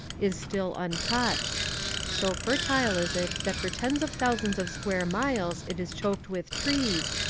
is still untouched so fertile is it that for tens of thousands of square miles it is choked with trees,